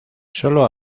sólo